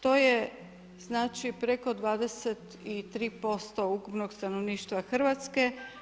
To je znači preko 23% ukupnog stanovništva Hrvatske.